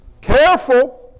Careful